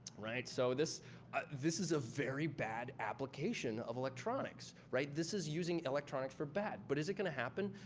right? so, this ah this is a very bad application of electronics, right? this is using electronics for bad. but is it going to happen?